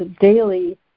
daily